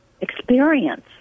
experience